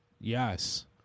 Yes